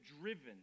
driven